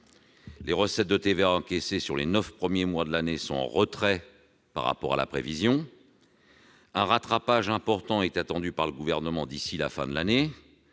Les recettes de TVA encaissées sur les neuf premiers mois de l'année sont en retrait par rapport à la prévision. « Un rattrapage important est attendu par le Gouvernement d'ici à la fin d'année,